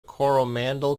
coromandel